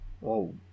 Whoa